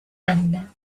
anda